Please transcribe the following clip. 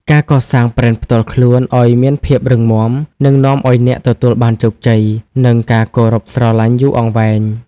ការកសាងប្រេនផ្ទាល់ខ្លួន ឱ្យមានភាពរឹងមាំ នឹងនាំឱ្យអ្នកទទួលបានជោគជ័យ និងការគោរពស្រឡាញ់យូរអង្វែង។